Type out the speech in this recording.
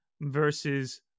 versus